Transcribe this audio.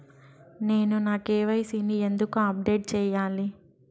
నేను నా కె.వై.సి ని ఎందుకు అప్డేట్ చెయ్యాలి?